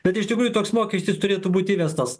bet iš tikrųjų toks mokestis turėtų būti įvestas